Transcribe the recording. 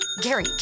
Gary